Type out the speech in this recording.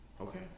okay